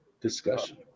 discussion